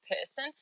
person